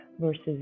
versus